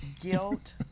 guilt